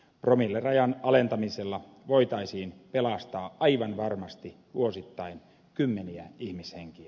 promillerajan alentamisella voitaisiin pelastaa aivan varmasti vuosittain kymmeniä ihmishenkiä